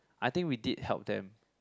I think we did help them